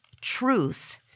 Truth